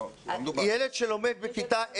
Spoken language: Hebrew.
ילד בכיתה ה'-ו'